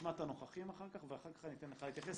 נשמע את הנוכחים ואחר כך אני אתן לך להתייחס.